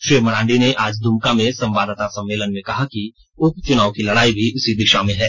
श्री मरांडी ने आज दुमका में संवाददाता सम्मेलन में कहा कि उपचुनाव की लड़ाई भी इसी दिशा में है